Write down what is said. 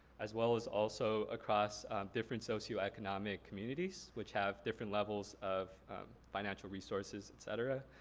as well as also across different socio-economic communities, which have different levels of financial resources et cetera.